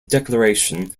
declaration